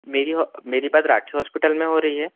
मेरी मेरी बात राठी हॉस्पिटल में हो रही है